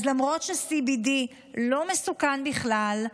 אז למרות ש-CBD לא מסוכן בכלל,